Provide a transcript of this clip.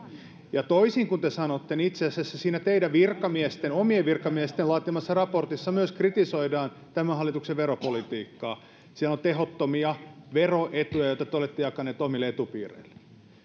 toisin kuin te sanotte itse asiassa siinä teidän omien virkamiesten laatimassa raportissa myös kritisoidaan tämän hallituksen veropolitiikkaa siellä on tehottomia veroetuja joita te te olette jakaneet omille etupiireillenne